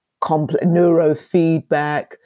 neurofeedback